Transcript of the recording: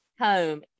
home